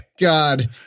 God